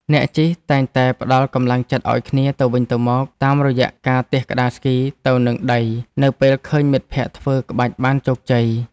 អ្នកជិះតែងតែផ្ដល់កម្លាំងចិត្តឱ្យគ្នាទៅវិញទៅមក តាមរយៈការទះក្ដារស្គីទៅនឹងដីនៅពេលឃើញមិត្តភក្ដិធ្វើក្បាច់បានជោគជ័យ។